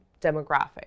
demographic